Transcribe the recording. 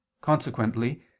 Consequently